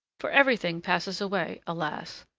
for everything passes away, alas!